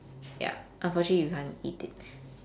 ya unfortunately you can't eat it